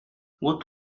what